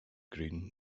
green